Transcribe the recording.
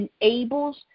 enables